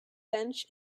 bench